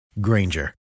Granger